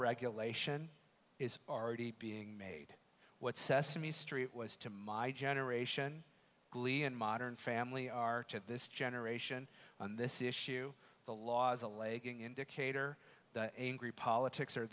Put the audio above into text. regulation is already being made what sesame street was to my generation glee and modern family are that this generation on this issue the law's a laking indicator that angry politics are